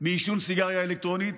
מעישון סיגריה אלקטרונית,